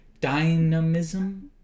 Dynamism